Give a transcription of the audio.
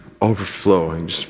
overflowing